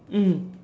mm